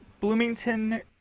Bloomington